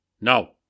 No